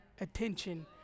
attention